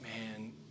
Man